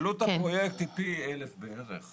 עלות הפרויקט היא פי 1,000 בערך,